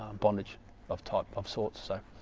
um bondage of type of sort of